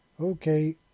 Okay